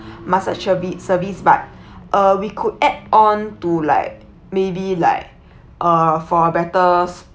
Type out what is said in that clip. massage servi~ service but uh we could add on to like maybe like uh for a better